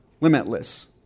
limitless